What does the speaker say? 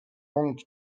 donc